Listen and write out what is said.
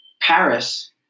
Paris